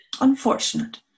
Unfortunate